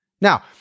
Now